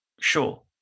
sure